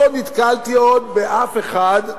לא נתקלתי עוד באף אחד,